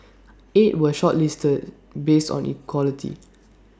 eight were shortlisted based on equality